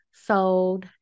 sold